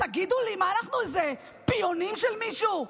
תגידו לי, מה אנחנו, פיונים של מישהו?